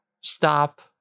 stop